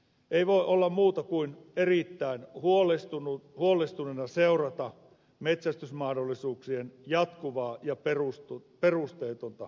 ei voi muuta kuin erittäin huolestuneena seurata metsästysmahdollisuuksien jatkuvaa ja perusteetonta kaventamista